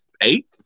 eight